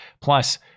Plus